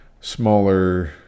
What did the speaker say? smaller